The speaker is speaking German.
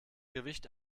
gewicht